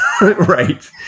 Right